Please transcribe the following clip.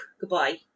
goodbye